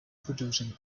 producing